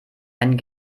ein